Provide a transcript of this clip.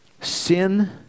sin